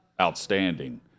outstanding